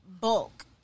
Bulk